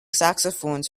saxophones